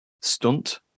stunt